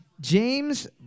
James